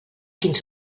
quins